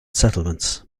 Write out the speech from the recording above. settlements